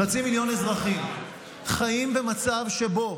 חצי מיליון אזרחים חיים במצב שבו